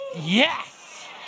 Yes